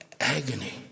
agony